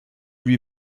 lui